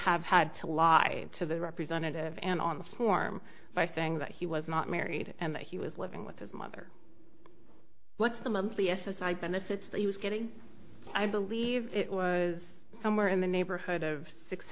have had to lie to the representative and on the form by saying that he was not married and that he was living with his mother what's the monthly s s i benefits that he was getting i believe it was somewhere in the neighborhood of six